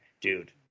dude